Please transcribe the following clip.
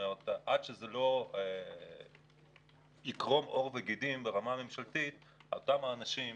עד שזה לא יקרום עור וגידים ברמה ממשלתית אותם אנשים,